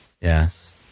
Yes